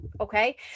okay